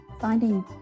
finding